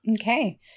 Okay